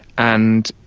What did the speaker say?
and